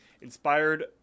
inspired